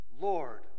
Lord